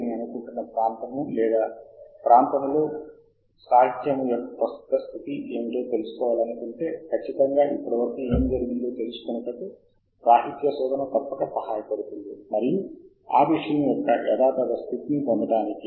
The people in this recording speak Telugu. కాబట్టి మీరు ఈ అవకాశాల గురించి విక్రేత తనిఖీ చేయాలనుకోవచ్చు కానీ రెండు పోర్టల్లలోనూ లాగిన్ను నమోదు చేసుకోవడం మరియు సృష్టించడం మనకు చాలా ముఖ్యం